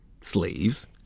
slaves